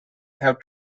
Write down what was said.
have